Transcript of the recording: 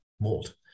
mold